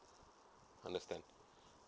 understand